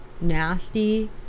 nasty